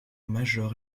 major